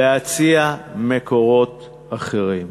להציע מקורות אחרים.